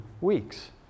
weeks